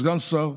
סגן שר,